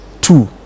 Two